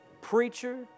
preacher